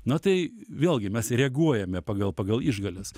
na tai vėlgi mes reaguojame pagal pagal išgales